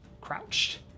crouched